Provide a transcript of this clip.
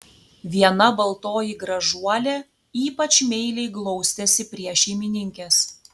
viena baltoji gražuolė ypač meiliai glaustėsi prie šeimininkės